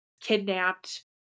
kidnapped